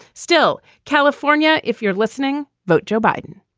still, california, if you're listening. vote. joe biden,